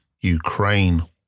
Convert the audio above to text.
Ukraine